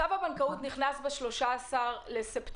צו הבנקאות נכנס ב-13 בספטמבר.